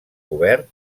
cobert